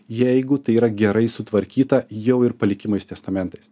jeigu tai yra gerai sutvarkyta jau ir palikimais testamentais